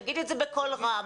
תגיד את זה בקול רם.